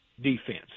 defense